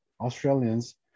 australians